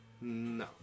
No